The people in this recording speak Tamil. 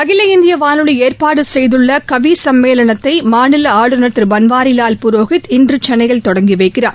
அகில இந்திய வானொலி ஏற்பாடு செய்துள்ள கவி சம்மேளனத்தை மாநில ஆளுநர் திரு பன்வாரிலால் புரோஹித் இன்று சென்னையில் தொடங்கி வைக்கிறார்